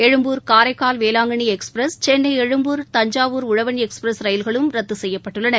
Egmore Karaikal Velankanni express Chennai Egmore Thanjavur Uzhavan express ரயில்களும் ரத்து செய்யப்பட்டுளளன